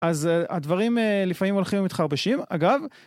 אז הדברים לפעמים הולכים ומתחרבשים, אגב.